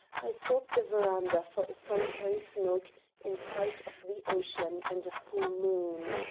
i sought the veranda for a solitary smoke in sight of the ocean and a full moon.